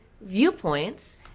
viewpoints